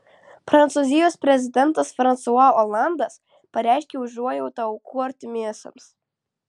prancūzijos prezidentas fransua olandas pareiškė užuojautą aukų artimiesiems